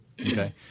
Okay